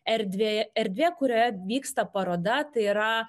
erdvė erdvė kurioje vyksta paroda tai yra